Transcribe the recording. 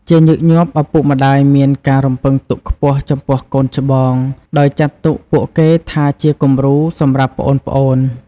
ជាញឹកញាប់់ ឪពុកម្ដាយមានការរំពឹងទុកខ្ពស់ចំពោះកូនច្បង ដោយចាត់ទុកពួកគេថាជាគំរូសម្រាប់ប្អូនៗ។